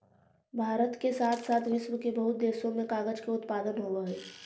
भारत के साथे साथ विश्व के बहुते देश में कागज के उत्पादन होवऽ हई